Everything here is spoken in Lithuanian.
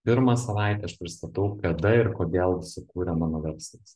pirmą savaitę aš pristatau kada ir kodėl įsikūrė mano verslas